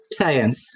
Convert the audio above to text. science